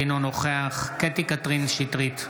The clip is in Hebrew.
אינו נוכח קטי קטרין שטרית,